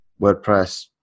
WordPress